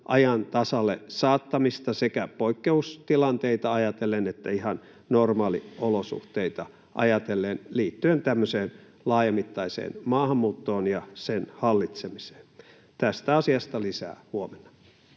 ajan tasalle saattamista sekä poikkeustilanteita ajatellen että ihan normaaliolosuhteita ajatellen liittyen tämmöiseen laajamittaiseen maahanmuuttoon ja sen hallitsemiseen. Tästä asiasta lisää huomenna.